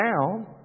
now